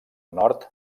nord